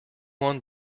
won